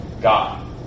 God